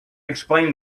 explained